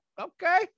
Okay